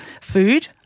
food